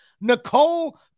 nicole